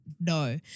no